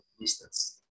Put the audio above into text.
distance